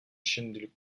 şimdilik